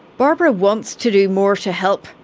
barbara wants to do more to help,